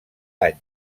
any